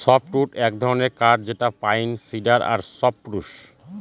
softwood এক ধরনের কাঠ যেটা পাইন, সিডার আর সপ্রুস